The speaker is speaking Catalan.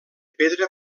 pedra